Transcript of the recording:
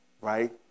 right